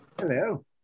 Hello